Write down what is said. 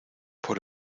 por